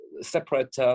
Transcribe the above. separate